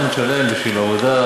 מבין מה מקור השאלה.